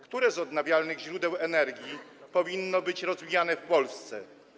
Które z odnawialnych źródeł energii powinno być rozwijane w Polsce?